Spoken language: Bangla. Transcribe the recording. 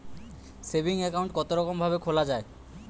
সেভিং একাউন্ট কতরকম ভাবে খোলা য়ায়?